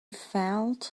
felt